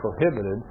prohibited